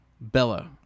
bella